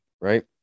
right